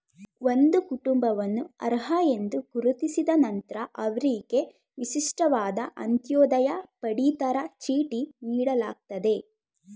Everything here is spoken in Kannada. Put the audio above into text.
ಒಂದು ಕುಟುಂಬವನ್ನು ಅರ್ಹ ಎಂದು ಗುರುತಿಸಿದ ನಂತ್ರ ಅವ್ರಿಗೆ ವಿಶಿಷ್ಟವಾದ ಅಂತ್ಯೋದಯ ಪಡಿತರ ಚೀಟಿ ನೀಡಲಾಗ್ತದೆ